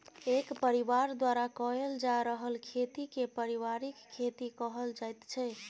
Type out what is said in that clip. एक परिबार द्वारा कएल जा रहल खेती केँ परिबारिक खेती कहल जाइत छै